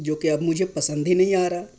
جو کہ اب مجھے پسند ہی نہیں آ رہا